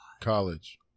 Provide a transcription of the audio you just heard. college